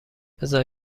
بزار